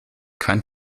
kein